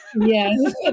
Yes